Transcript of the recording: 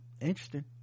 Interesting